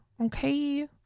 okay